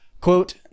quote